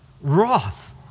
Wrath